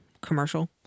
commercial